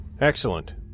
Excellent